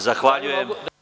Zahvaljujem.